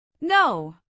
No